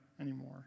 anymore